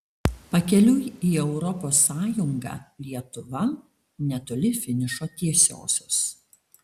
pakeliui į europos sąjungą lietuva netoli finišo tiesiosios